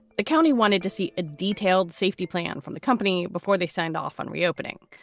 the county wanted to see a detailed safety plan from the company before they signed off on reopening.